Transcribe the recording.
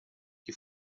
que